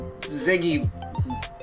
Ziggy